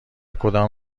کدام